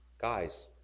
Guys